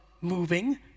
moving